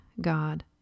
God